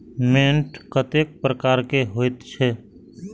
मैंट कतेक प्रकार के होयत छै?